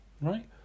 right